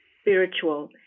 spiritual